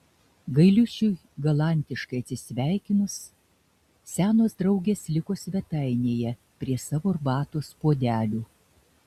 gailiušiui galantiškai atsisveikinus senos draugės liko svetainėje prie savo arbatos puodelių